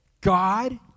God